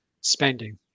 spending